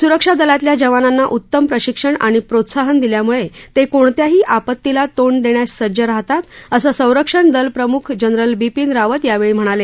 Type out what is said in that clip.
सुरक्षादलातल्या जवानांना उतम प्रशिक्षण आणि प्रोत्साहन दिल्यामुळे ते कोणत्याही आपतीला तोंड देण्यास सज्ज राहतात असं सरंक्षण दल प्रमुख जनरल बिपिन रावत यावेळी म्हणाले